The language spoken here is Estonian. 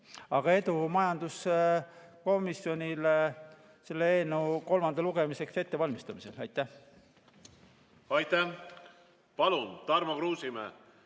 Aga edu majanduskomisjonile selle eelnõu kolmandaks lugemiseks ettevalmistamisel. Aitäh! Palun, Tarmo Kruusimäe!